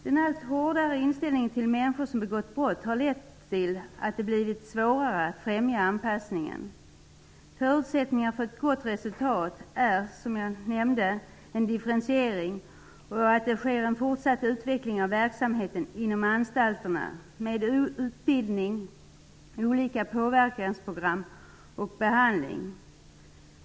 Den allt hårdare inställningen till människor som har begått brott har lett till att det blivit svårare att främja anpassningen. Förutsättningar för ett gott resultat är, som jag nämnde, en differentiering och en fortsatt utveckling av verksamheten inom anstalterna med utbildning, olika påverkansprogram och behandling.